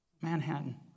manhattan